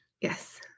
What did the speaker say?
Yes